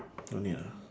don't need ah